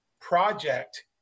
project